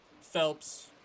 phelps